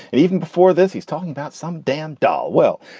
and even before this, he's talking about some damn doll. well,